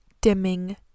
dimming